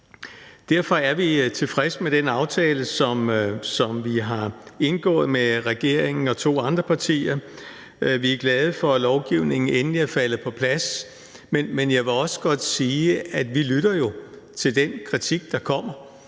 Derfor er vi tilfreds med den aftale, som vi har indgået med regeringen og to andre partier. Vi er glade for, at lovgivningen endelig er faldet på plads. Men jeg vil også godt sige, at vi jo lytter til den kritik, der kommer.